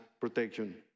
protection